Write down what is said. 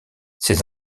ses